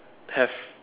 have